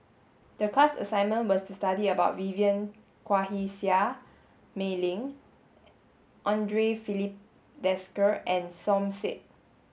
the class assignment was to study about Vivien Quahe Seah Mei Lin Andre Filipe Desker and Som Said